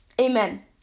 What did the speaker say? Amen